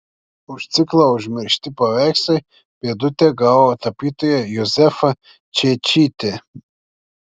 už ciklą užmiršti paveikslai pėdutę gavo tapytoja juzefa čeičytė